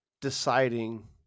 deciding